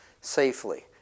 safely